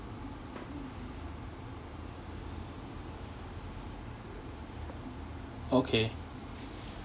okay